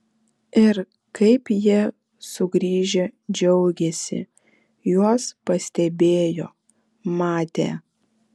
ir kaip jie sugrįžę džiaugėsi juos pastebėjo matė